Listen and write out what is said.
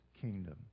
kingdom